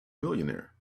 millionaire